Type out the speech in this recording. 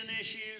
issues